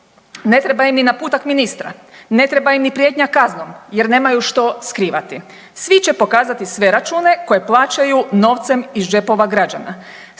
Ne treba im ni naputak ministra, ne treba im ni prijetnja kaznom jer nemaju što skrivati svi će pokazati sve račune koje plaćaju novcem iz džepova građana.